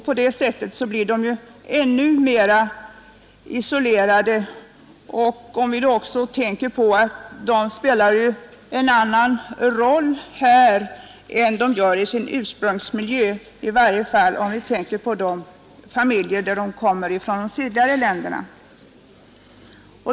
På det sättet blir de ännu mer isolerade. Vi bör då också tänka på att de spelar en annan roll här än de gjorde i sin ursprungsmiljö, i varje fall när det gäller de familjer som kommer från de sydligare länderna.